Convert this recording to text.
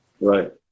right